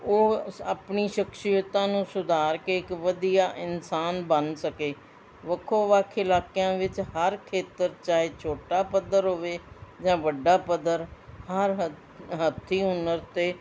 ਉਹ ਸ਼ ਆਪਣੀ ਸ਼ਖਸ਼ੀਅਤਾਂ ਨੂੰ ਸੁਧਾਰ ਕੇ ਇੱਕ ਵਧੀਆ ਇਨਸਾਨ ਬਣ ਸਕੇ ਵੱਖੋ ਵੱਖ ਇਲਾਕਿਆਂ ਵਿੱਚ ਹਰ ਖੇਤਰ ਚਾਹੇ ਛੋਟਾ ਪੱਧਰ ਹੋਵੇ ਜਾਂ ਵੱਡਾ ਪੱਧਰ ਹਰ ਹ ਹੱਥੀਂ ਹੁਨਰ ਅਤੇ